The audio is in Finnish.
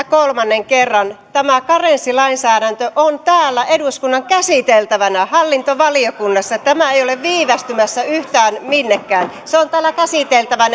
kolmannen kerran tämä karenssilainsäädäntö on täällä eduskunnan käsiteltävänä hallintovaliokunnassa tämä ei ole viivästymässä yhtään minnekään se on täällä käsiteltävänä